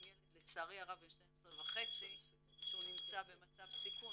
לצערי הרב גם ילד בן 12.5 שנמצא במצב סיכון,